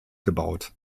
gebaut